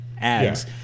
ads